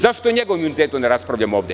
Zašto o njegovom imunitetu ne raspravljamo danas?